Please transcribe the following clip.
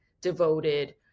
devoted